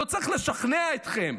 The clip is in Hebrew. לא צריך לשכנע אתכם.